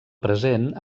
present